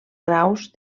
graus